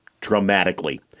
dramatically